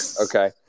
Okay